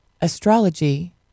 astrology